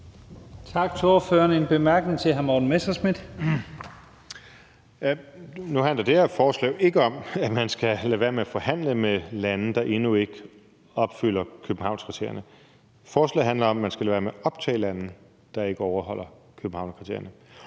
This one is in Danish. hr. Morten Messerschmidt. Kl. 16:54 Morten Messerschmidt (DF): Nu handler det her forslag jo ikke om, at man skal lade være med at forhandle med lande, der endnu ikke opfylder Københavnskriterierne. Forslaget handler om, at man skal lade være med at optage lande, der ikke overholder Københavnskriterierne.